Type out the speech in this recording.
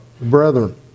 Brethren